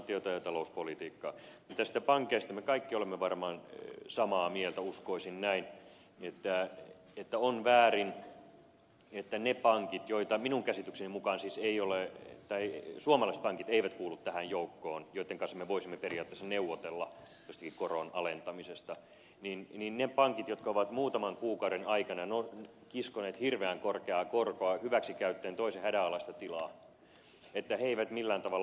mitä sitten pankkeihin tulee me kaikki varmaan olemme samaa mieltä uskoisin näin että on väärin että ne pankit johon joukkoon minun käsitykseni mukaan suomalaispankit eivät kuulu ja joitten kanssa me voisimme periaatteessa neuvotella jostakin koron alentamisesta ne pankit jotka ovat muutaman kuukauden aikana kiskoneet hirveän korkeaa korkoa hyväksi käyttäen toisen hädänalaista tilaa eivät millään tavalla osallistuisi